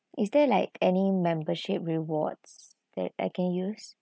is there like any membership rewards that I can use